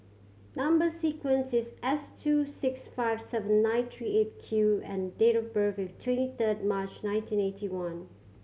number sequence is S two six five seven nine three Eight Q and date of birth is twenty third March nineteen eighty one